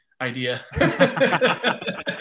idea